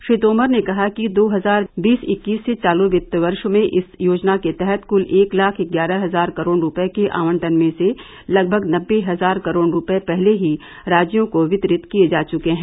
श्री तोमर ने कहा कि दो हजार बीस इक्कीस के चालू वित्त वर्ष में इस योजना के तहत कुल एक लाख ग्यारह हजार करोड़ रुपये के आवंटन में से लगभग नब्बे हजार करोड़ रुपये पहले ही राज्यों को वितरित किए जा चुके हैं